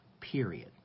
period